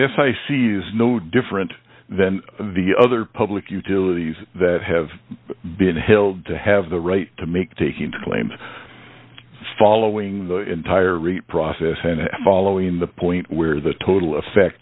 if i see is no different than the other public utilities that have been held to have the right to make taking claims following the entire process and following the point where the total effect